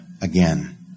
again